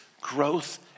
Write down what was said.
growth